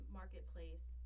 marketplace